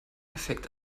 effekt